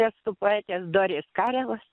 estų poetės dorės karevos